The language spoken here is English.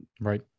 right